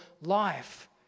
life